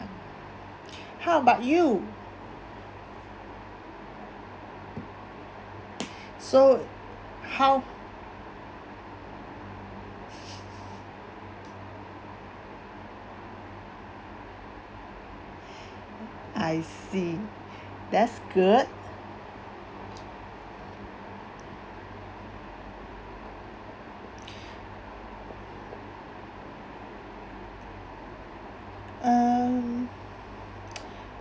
how about you so how I see that's good um